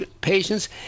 patients